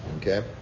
okay